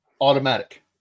automatic